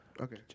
Okay